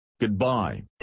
Goodbye